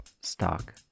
stock